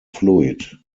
fluid